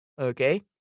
Okay